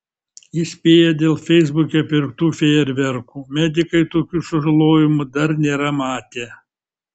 įspėja dėl feisbuke pirktų fejerverkų medikai tokių sužalojimų dar nėra matę